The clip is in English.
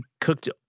cooked